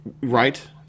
Right